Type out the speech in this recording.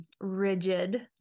rigid